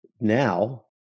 now